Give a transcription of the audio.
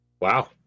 Wow